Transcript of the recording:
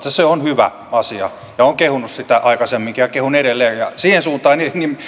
se on hyvä asia ja olen kehunut sitä aikaisemminkin ja kehun edelleen siihen suuntaan